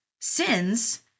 sins